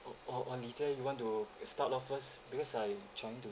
or or later you want to uh start off first because I'm trying to